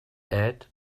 add